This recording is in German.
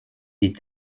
die